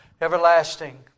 everlasting